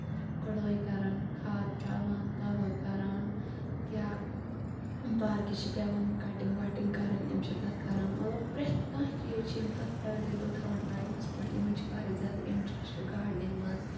گُڑٲے کران کھاد تراوان دوہ کران یا پارکہِ چھِ پیٚوان کَٹِنگ وَٹِنگ کَرٕنۍ یِم چھِ تَتھ کران مطلب پرٮ۪تھ کانٛہہ چیٖز چھِ یِم تَتھ ایٚولیبٕل تھاوان ٹایمَس پٮ۪ٹھ یِمن چھِ واریاہ زیادٕ اِنٹرَسٹ گاڈنیٚنِگ منٛز